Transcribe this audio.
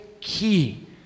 key